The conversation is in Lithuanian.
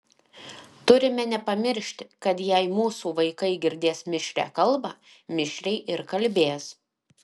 turime nepamiršti kad jei mūsų vaikai girdės mišrią kalbą mišriai ir kalbės